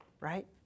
right